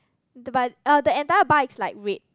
the bike uh the entire bar is like red